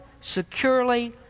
securely